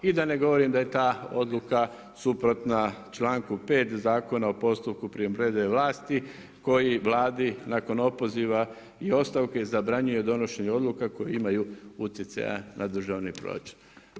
I da ne govorim da je ta odluka suprotna članku 5. Zakona o postupku primopredaje vlasti koji Vladi nakon opoziva i ostavke zabranjuje donošenje odluka koje imaju utjecaja na državni proračun.